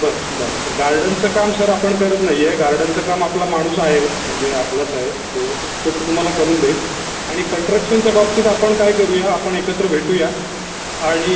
बरं बरं सर गार्डनचं काम सर आपण करत नाही आहे गार्डनचं काम आपला माणूस आहे म्हणजे आपलाच आहे तो तो तुम्हाला करून देईल आणि कन्ट्रक्शनच्या बाबतीत आपण काय करू या आपण एकत्र भेटूया आणि